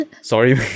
sorry